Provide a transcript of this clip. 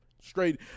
Straight